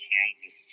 Kansas